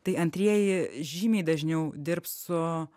tai antrieji žymiai dažniau dirbs su